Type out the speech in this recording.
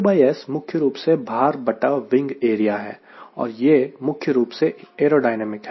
WS मुख्य रूप से भार बटा विंग एरिया है और यह मुख्य रूप से एयरोडायनेमिक है